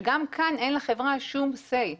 שגם כאן אין לחברה שום אמירה.